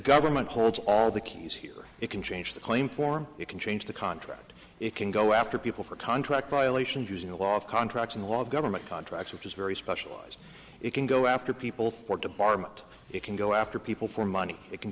government holds are the keys here it can change the claim form it can change the contract it can go after people for contract violations using a lot of contracts in a lot of government contracts which is very specialized it can go after people for department it can go after people for money it can